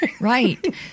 Right